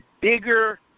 bigger